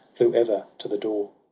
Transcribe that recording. flew ever to the door.